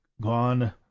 gone